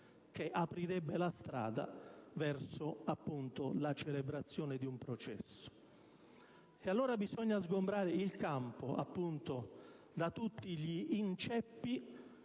che aprirebbe la strada alla celebrazione di un processo. Allora, bisogna sgombrare il campo da tutti gli inceppi,